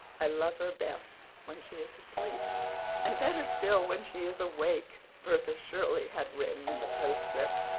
i love her best when she is asleep and better still when she is awake, bertha shirley had written in the postscript.